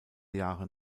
jahre